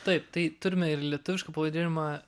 taip tai turime ir lietuvišką pavadinimą